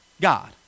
God